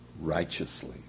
righteously